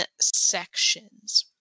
sections